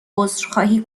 عذرخواهی